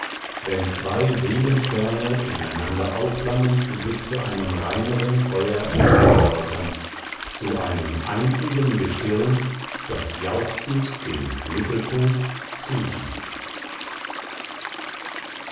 wenn zwei seelensterne ineinander aufflammend sich zu einem reineren feuer emporläutern zu einem einzigen gestirn das jauchzend dem mittelpunkt zuschießt